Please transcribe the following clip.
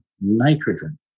nitrogen